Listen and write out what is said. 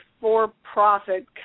for-profit